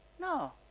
No